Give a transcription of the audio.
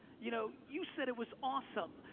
you know you said it was awesome.